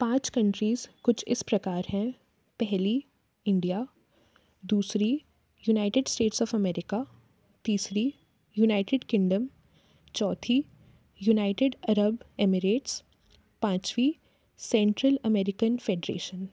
पाँच कंट्रीज़ कुछ इस प्रकार हैं पहली इंडिया दूसरी यूनाइटेड स्टेट ऑफ़ अमेरिका तीसरी यूनाइटेड किंगडम चौथी यूनाइटेड अरब अमेरेट्स पाँचवी सेन्ट्रल अमेरिकन फेटरेशन